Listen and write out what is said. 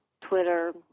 Twitter